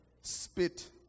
spit